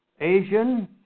Asian